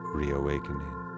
reawakening